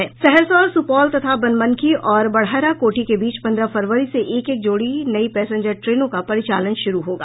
सहरसा और सुपौल तथा बनमनखी और बड़हरा कोठी के बीच पन्द्रह फरवरी से एक एक जोड़ी नयी पैसेंजर ट्रेनों का परिचालन शुरू होगा